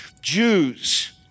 Jews